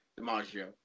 DiMaggio